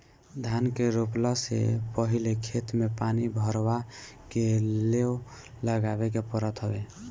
धान के रोपला से पहिले खेत में पानी भरवा के लेव लगावे के पड़त हवे